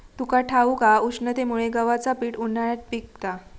तुका ठाऊक हा, उष्णतेमुळे गव्हाचा पीक उन्हाळ्यात पिकता